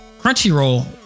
crunchyroll